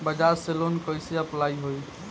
बजाज से लोन कईसे अप्लाई होई?